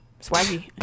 Swaggy